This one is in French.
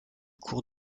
cours